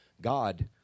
God